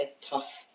tough